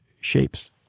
shapes